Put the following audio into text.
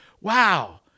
wow